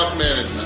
minutes